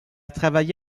travaillé